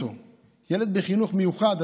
ילד בחינוך מיוחד,